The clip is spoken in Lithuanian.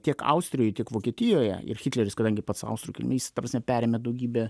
tiek austrijoj tiek vokietijoje ir hitleris kadangi pats austrų kilmės jis ta prasme perėmė daugybę